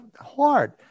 hard